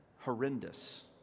horrendous